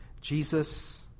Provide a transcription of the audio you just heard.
Jesus